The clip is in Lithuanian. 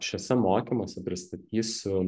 šiuose mokymuose pristatysiu